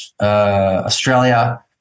Australia